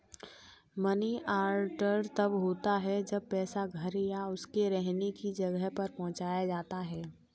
money order तब होता है जब पैसा घर या उसके रहने की जगह पर पहुंचाया जाता है